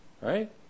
right